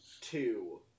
two